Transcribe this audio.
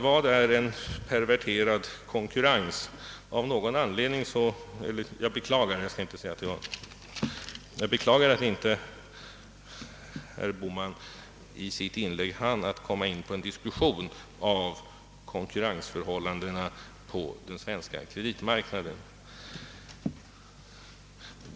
Vad är en perverterad konkurrens, herr Bohman? Jag beklagar att inte herr Bohman i sitt inlägg hann komma in på en diskussion om konkurrensförhållandena på den svenska kreditmarknaden.